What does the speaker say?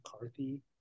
McCarthy